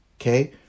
Okay